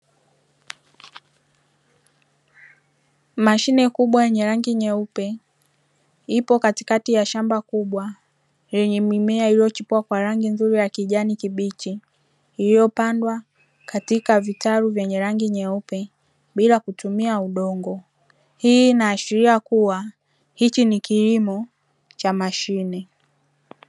Mashine kubwa yenye rangi nyeupe ipo katikati ya shamba kubwa lenye mimea iliyochipua kwa rangi nzuri ya kijani kibichi, iliyopandwa katika vitalu vyenye rangi nyeupe bila kutumia udongo. Hii inaashiria kuwa hiki ni kilimo cha mashine.